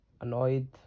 annoyed